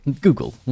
google